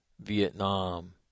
Vietnam